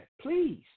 please